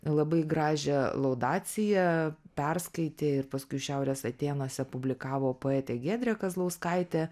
labai gražią laudaciją perskaitė ir paskui šiaurės atėnuose publikavo poetė giedrė kazlauskaitė